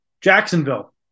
Jacksonville